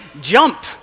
jump